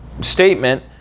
statement